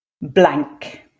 Blank